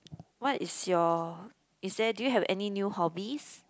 what is your is there do you have any new hobbies